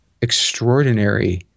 extraordinary